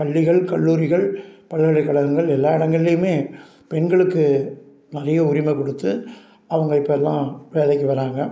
பள்ளிகள் கல்லூரிகள் பல்கலைக்கழகங்கள் எல்லாம் இடங்கள்லயுமே பெண்களுக்கு அதிக உரிமை கொடுத்து அவங்க இப்போல்லாம் வேலைக்கு வராங்க